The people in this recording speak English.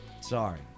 Sorry